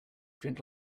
drink